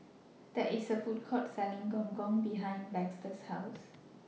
There IS A Food Court Selling Gong Gong behind Baxter's House